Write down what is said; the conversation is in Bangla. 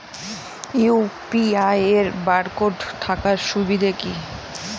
ইউ.পি.আই এর বারকোড থাকার সুবিধে কি?